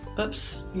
oops.